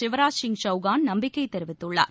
சிவராஜ்சிங் சவ்கான் நம்பிக்கை தெரிவித்துள்ளார்